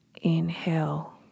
Inhale